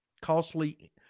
costly